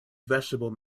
vegetable